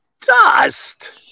Dust